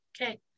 Okay